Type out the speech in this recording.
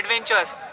adventures